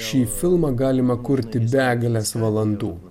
šį filmą galima kurti begales valandų